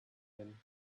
him